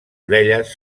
orelles